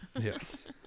Yes